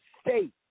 state